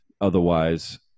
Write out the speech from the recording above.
otherwise